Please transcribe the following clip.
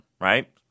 right